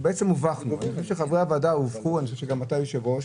חושב שחברי הוועדה הובכו וכן היושב-ראש.